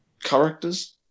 characters